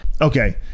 Okay